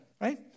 right